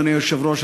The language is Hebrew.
אדוני היושב-ראש,